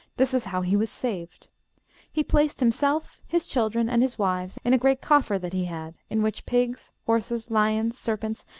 this is how he was saved he placed himself, his children, and his wives in a great coffer that he had, in which pigs, horses, lions, serpents,